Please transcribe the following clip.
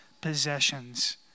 possessions